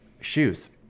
shoes